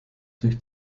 durch